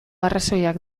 arrazoiak